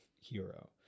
hero